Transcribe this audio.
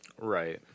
Right